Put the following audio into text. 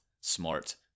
smart